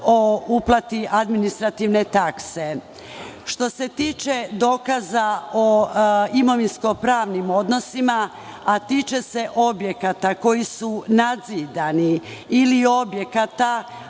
o uplati administrativne takse. Što se tiče dokaza o imovinsko-pravnim odnosima, a tiče se objekata koji su nadzidani ili objekata